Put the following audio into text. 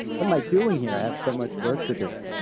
what am i doing here, i have so much work to do?